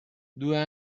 due